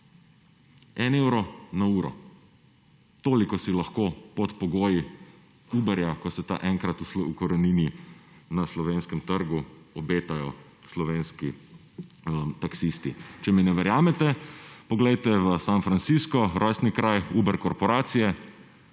En evro na uro, toliko si lahko pod pogoji Uberja, ko se ta enkrat ukorenini na slovenskem trgu, obetajo slovenski taksisti. Če mi ne verjamete, poglejte v San Francisco, rojstni kraj Uber korporacije,